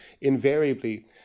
Invariably